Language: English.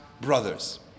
brothers